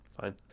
Fine